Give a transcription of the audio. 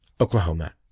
Oklahoma